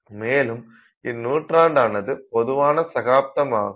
மேலும் இந்நூற்றாண்டு ஆனது பொதுவான சகாப்தம் ஆகும்